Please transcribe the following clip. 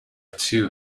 two